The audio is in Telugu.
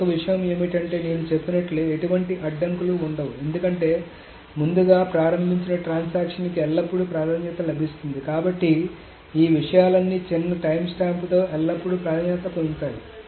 మరొక విషయం ఏమిటంటే నేను చెప్పినట్లు ఎటువంటి అడ్డంకులు ఉండవు ఎందుకంటే ముందుగా ప్రారంభించిన ట్రాన్సాక్షన్ కి ఎల్లప్పుడూ ప్రాధాన్యత లభిస్తుంది కాబట్టి ఈ విషయాలన్నీ చిన్న టైమ్స్టాంప్తో ఎల్లప్పుడూ ప్రాధాన్యతను పొందుతాయి